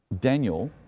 Daniel